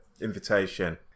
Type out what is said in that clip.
invitation